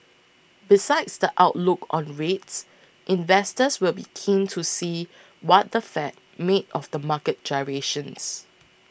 besides the outlook on rates investors will be keen to see what the Fed made of the market gyrations